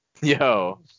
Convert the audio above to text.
Yo